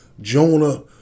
Jonah